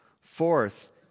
Fourth